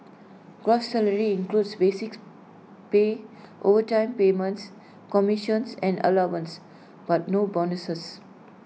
gross salary includes basic pay overtime payments commissions and allowances but no bonuses